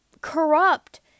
corrupt